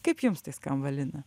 kaip jums tai skamba lina